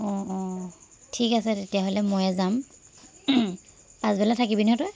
অঁ অঁ ঠিক আছে তেতিয়হ'লে ময়ে যাম পাছবেলা থাকিবি নহয় তই